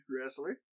wrestler